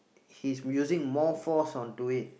he's using more force onto it